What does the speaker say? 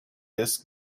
this